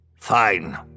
Fine